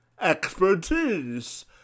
expertise